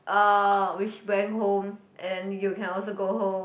um we went home and you can also go home